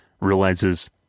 realizes